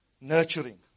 nurturing